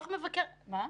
הסעות.